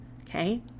okay